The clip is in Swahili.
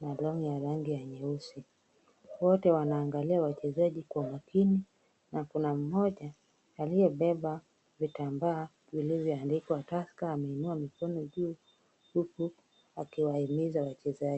na long'i ya rangi ya nyeusi. Wote wanaangalia wachezaji kwa makini na kuna mmoja aliyebeba vitambaa vilivyoandikwa Tusker ameinua mikono juu huku akiwahimiza wachezaji.